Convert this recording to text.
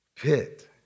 pit